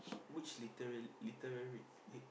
which literal~ literary eh